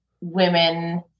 women